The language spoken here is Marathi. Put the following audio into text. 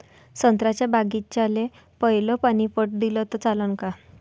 संत्र्याच्या बागीचाले पयलं पानी पट दिलं त चालन का?